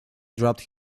dropped